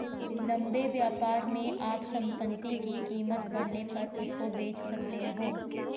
लंबे व्यापार में आप संपत्ति की कीमत बढ़ने पर उसको बेच सकते हो